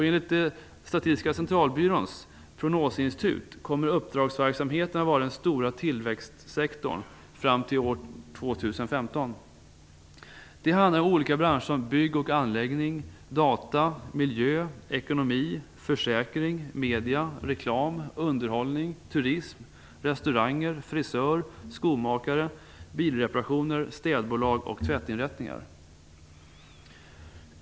Enligt Statistiska centralbyråns prognosinstitut kommer uppdragsverksamheten att vara den stora tillväxtsektorn fram till år 2015. Det handlar om branscher som bygg och anläggningsbranschen och om data, miljö, ekonomi, försäkringar, medier, reklam, underhållning, turism, restauranger, frisörer, skomakare, bilreparatörer, städbolag och tvättinrättningar.